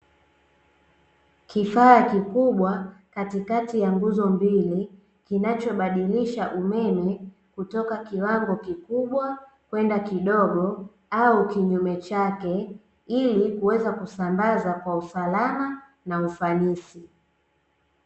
Kifaa kikubwa katikati ya nguzo mbili, kinachobadilisha umeme kutoka kiwango kikubwa kwenda kidogo, au kinyume chake, ili kuweza kusambaza kwa usalama na ufanisi.